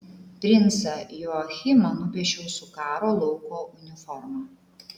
princą joachimą nupiešiau su karo lauko uniforma